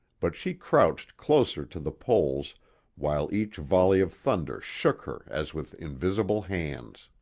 but she crouched closer to the poles while each volley of thunder shook her as with invisible hands.